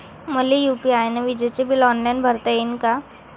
मले यू.पी.आय न विजेचे बिल ऑनलाईन भरता येईन का?